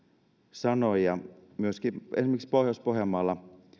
sanoi myöskin esimerkiksi pohjois pohjanmaalla